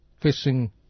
fishing